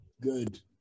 good